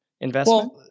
investment